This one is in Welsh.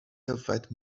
yfed